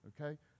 Okay